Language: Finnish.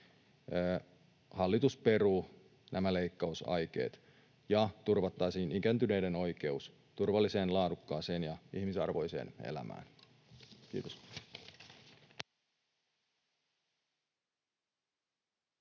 hallitus peruu nämä leikkausaikeet ja turvattaisiin ikääntyneiden oikeus turvalliseen, laadukkaaseen ja ihmisarvoiseen elämään. — Kiitos.